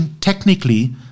technically